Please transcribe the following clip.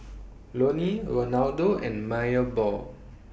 Loni Ronaldo and Maebell